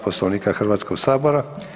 Poslovnika Hrvatskog sabora.